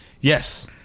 Yes